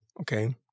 Okay